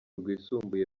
rwisumbuye